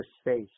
space